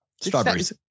Strawberries